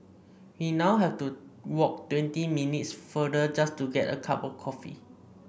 we now have to walk twenty minutes farther just to get a cup of coffee